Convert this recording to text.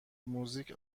موزیک